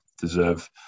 deserve